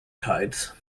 tides